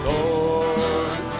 Lord